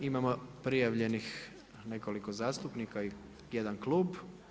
Imamo prijavljenih nekoliko zastupnika i jedan Klub.